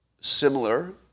similar